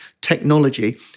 technology